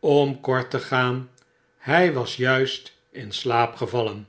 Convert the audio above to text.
om kort te gaan hy was juist in slaap gevallen